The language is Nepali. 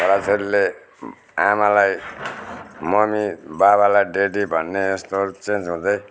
छोरा छोरीले आमालाई ममी बाबालाई ड्याडी भन्ने यस्तो चेन्ज हुँदै